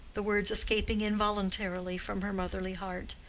the words escaping involuntarily from her motherly heart.